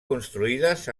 construïdes